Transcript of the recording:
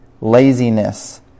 laziness